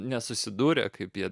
nesusidūrę kaip jie